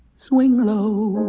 swing low,